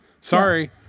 Sorry